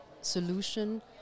solution